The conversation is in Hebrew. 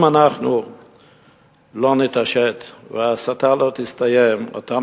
אם אנחנו לא נתעשת וההסתה לא תסתיים אותם